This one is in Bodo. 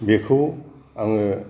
बेखौ आङो